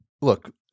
look